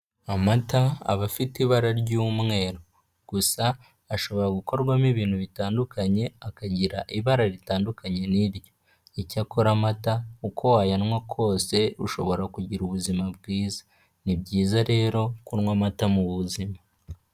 Amata aba afite ibara ry'umweru. Gusa ashobora gukorwamo ibintu bitandukanye, akagira ibara ritandukanye n'iryo. Icyakora amata uko wayanywa kose, ushobora kugira ubuzima bwiza. Ni byiza rero kunywa amata mu buzima.